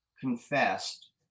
confessed